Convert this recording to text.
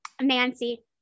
Nancy